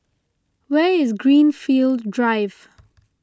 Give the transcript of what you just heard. where is Greenfield Drive